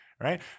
right